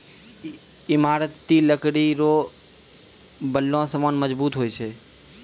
ईमारती लकड़ी रो बनलो समान मजबूत हुवै छै